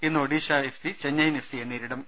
ഇന്ന് Odisha F C Chennaiyin F സിയെ നേരിടും